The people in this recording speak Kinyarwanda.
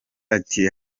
ati